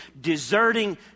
deserting